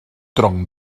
tronc